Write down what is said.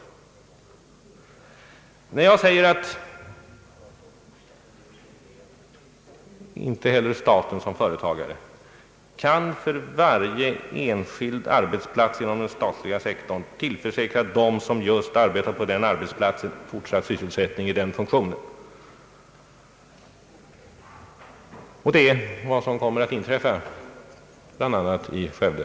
Jag är medveten om att inte heller staten så Ang. näringspolitiken som företagare kan för varje enskild arbetsplats inom den statliga sektorn tillförsäkra dem som arbetar på just den arbetsplatsen fortsatt sysselsättning i den funktionen — och det är vad som kommer att inträffa bl.a. i Skövde.